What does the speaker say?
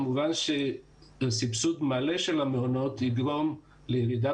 וכמובן שסבסוד מלא של המעונות יגרום לירידה